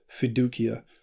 fiducia